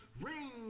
ring